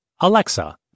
Alexa